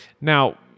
Now